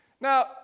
Now